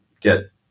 get